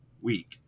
week